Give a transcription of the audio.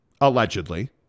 Allegedly